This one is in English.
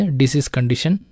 disease-condition